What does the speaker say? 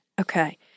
Okay